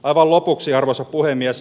aivan lopuksi arvoisa puhemies